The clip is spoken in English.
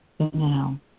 Now